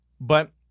But-